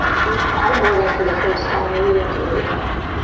he went paddleboarding for the first time. maybe that's where he's at.